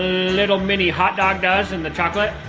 little mini hotdog does in the chocolate?